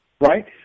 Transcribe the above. right